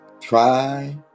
try